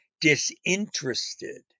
disinterested